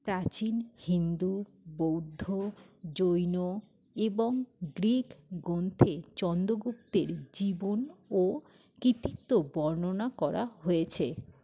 প্রাচীন হিন্দু বৌদ্ধ জৈন এবং গ্রীক গ্রন্থে চন্দ্রগুপ্তের জীবন ও কৃতিত্ব বর্ণনা করা হয়েছে